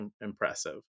impressive